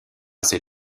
ses